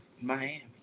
Miami